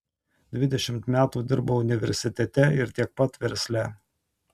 dvidešimt metų dirbau universitete ir tiek pat versle